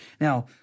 Now